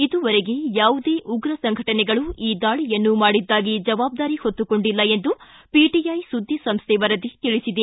ಇದುವರೆಗೆ ಯಾವುದೇ ಉಗ್ರ ಸಂಘಟನೆಗಳು ಈ ದಾಳಿಯನ್ನು ಮಾಡಿದ್ದಾಗಿ ಜವಾಬ್ದಾರಿ ಹೊತ್ತುಕೊಂಡಿಲ್ಲ ಎಂದು ಪಿಟಿಐ ಸುದ್ದಿ ಸಂಸ್ಥೆ ವರದಿ ತಿಳಿಸಿದೆ